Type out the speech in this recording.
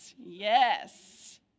Yes